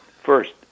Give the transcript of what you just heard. First